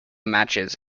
matches